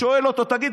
שואל אותו: תגיד,